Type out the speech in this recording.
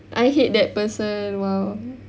I hate that person !wow!